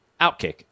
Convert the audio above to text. Outkick